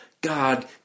God